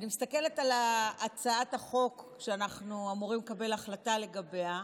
אני מסתכלת על הצעת החוק שאנחנו אמורים לקבל החלטה לגביה,